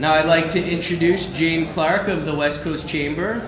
now i'd like to introduce gene clark of the west coast chamber